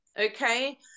Okay